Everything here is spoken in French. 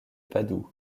padoue